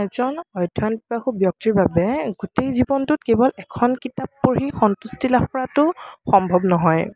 এজন অধ্য়য়নপিপাসু ব্য়ক্তিৰ বাবে গোটেই জীৱনটোত কেৱল এখন কিতাপ পঢ়ি সন্তুষ্টি লাভ কৰাটো সম্ভৱ নহয়